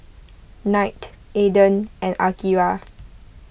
Knight Aden and Akira